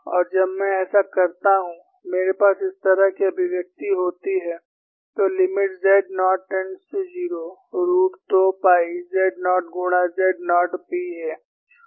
और जब मैं ऐसा करता हूं मेरे पास इस तरह की अभिव्यक्ति होती है तो limit z nought tends to 0 root 2 pi z nought गुणा z नॉट P a